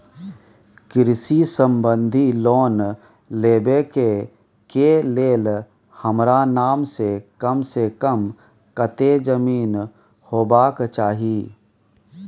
कृषि संबंधी लोन लेबै के के लेल हमरा नाम से कम से कम कत्ते जमीन होबाक चाही?